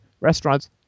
restaurants